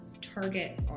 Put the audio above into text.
target